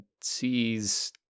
Sees